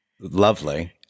lovely